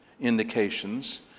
indications